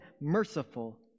merciful